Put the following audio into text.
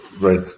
right